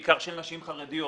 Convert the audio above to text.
בעיקר של נשים חרדיות.